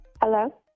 Hello